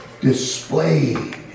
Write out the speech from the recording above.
displayed